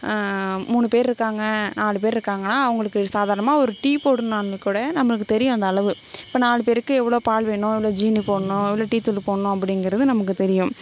மூணு பேர் இருக்காங்க நாலு பேர் இருக்காங்கன்னா அவங்களுக்கு சாதாரணமாக ஒரு டீ போடோனானு கூட நம்மளுக்கு தெரியும் அந்த அளவு இப்போ நாலு பேருக்கு எவ்வளோ பால் வேணும் எவ்வளோ ஜீனி போடணும் எவ்வளோ டீ தூள் போடணும் அப்படிங்கிறது நமக்கு தெரியும்